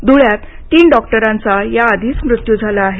धुळ्यात तीन डॉक्टरांचा या आधीच मृत्यू झाला आहे